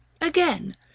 again